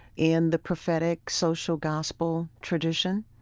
in the prophetic social-gospel tradition,